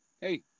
hey